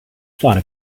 thought